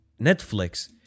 Netflix